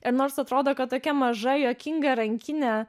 ir nors atrodo kad tokia maža juokinga rankinė